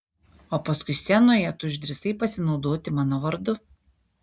o paskui scenoje tu išdrįsai pasinaudoti mano vardu